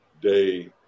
day